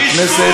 בכנסת.